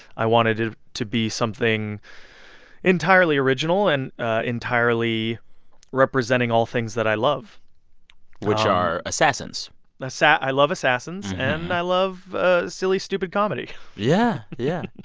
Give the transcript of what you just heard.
i wanted it to be something entirely original and entirely representing all things that i love which are assassins a ah i love assassins, and i love ah silly, stupid comedy yeah. yeah.